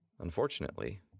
Unfortunately